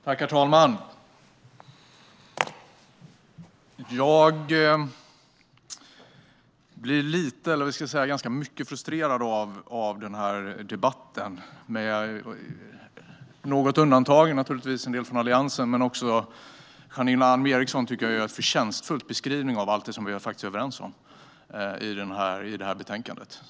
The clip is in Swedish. Herr talman! Jag blir ganska frustrerad över den här debatten, detta med något undantag. Jag tycker att Janine Alm Ericson gjorde en förtjänstfull beskrivning av allt det som vi är överens om i betänkandet.